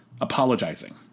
apologizing